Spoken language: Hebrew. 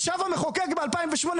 ישב המחוקק ב-2008,